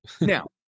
Now